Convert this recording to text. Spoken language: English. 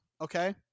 Okay